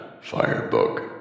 Firebug